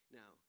now